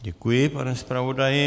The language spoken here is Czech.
Děkuji, pane zpravodaji.